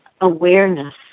awareness